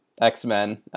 X-Men